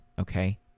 okay